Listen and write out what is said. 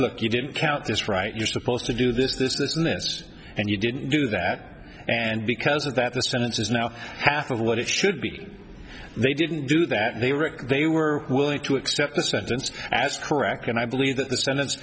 look you didn't count this right you're supposed to do this this dismissed and you didn't do that and because of that the sentence is now half of what it should be they didn't do that they were they were willing to accept the sentence as correct and i believe that the sentence